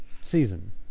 season